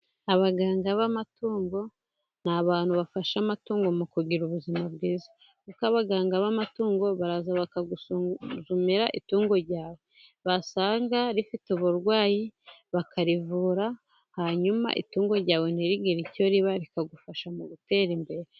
Abaganga b'amatungo, ni abantu bafasha amatungo mu kugira ubuzima bwiza, kuko abaganga b'amatungo baraza, bakagusuzumira itungo ryawe basanga rifite uburwayi bakarivura, hanyuma itungo ryawe ntirigire icyo riba, rikagufasha mu gutera imbere.